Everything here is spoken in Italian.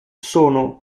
sono